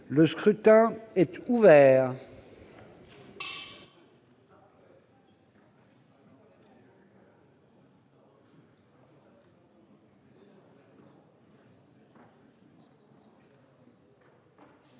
Le scrutin est ouvert.